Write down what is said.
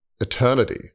eternity